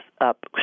up